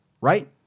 right